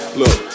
look